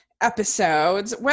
episodes